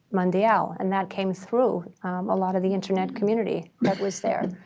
um and ah and that came through a lot of the internet community that was there.